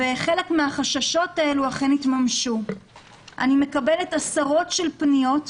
ופוגעת ברצף הטיפולי של עשרות אלפי אנשים",